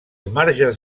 marges